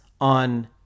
on